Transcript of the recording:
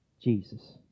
Jesus